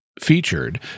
featured